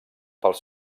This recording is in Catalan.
pels